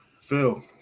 Phil